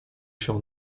się